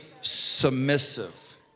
submissive